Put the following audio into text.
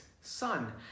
son